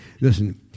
Listen